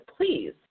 please